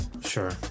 Sure